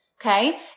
Okay